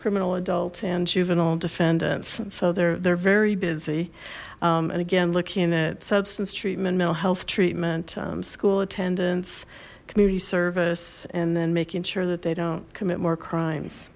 criminal adult and juvenile defendants and so they're they're very busy and again looking at substance treatment mental health treatment school attendance community service and then making sure that they don't commit more